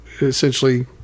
essentially